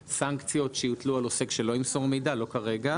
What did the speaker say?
סנקציות שיוטלו על עוסק שלא ימסור מידע לא כרגע.